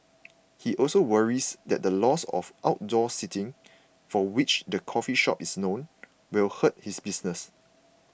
he also worries that the loss of outdoor seating for which the coffee shop is known will hurt his business